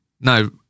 No